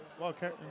okay